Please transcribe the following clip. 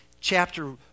chapter